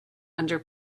under